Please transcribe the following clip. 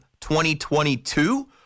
2022